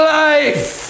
life